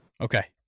Okay